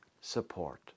support